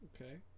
Okay